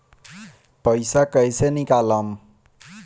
पैसा कैसे निकालम?